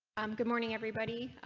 i'm good morning everybody.